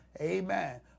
amen